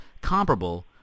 comparable